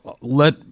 let